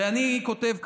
ואני כותב כך: